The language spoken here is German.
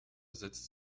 setzt